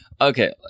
Okay